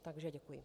Takže děkuji.